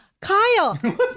Kyle